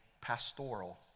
Pastoral